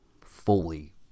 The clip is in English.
fully